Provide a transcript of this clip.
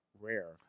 rare